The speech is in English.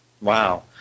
Wow